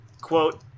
Quote